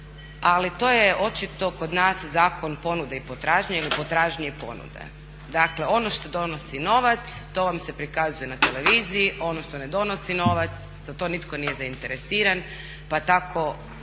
ali to je očito kod nas zakon ponude i potražnje ili potražnje i ponude. Dakle ono što donosi novac to vam se prikazuje na televiziji, ono što ne donosi novac za to nitko nije zainteresiran pa tako